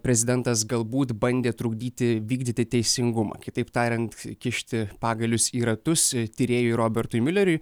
prezidentas galbūt bandė trukdyti vykdyti teisingumą kitaip tariant kišti pagalius į ratus tyrėjui robertui miuleriui